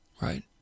Right